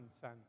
son